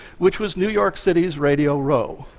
which was new york city's radio row.